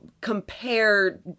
compare